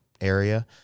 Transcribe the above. area